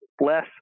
less